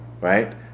right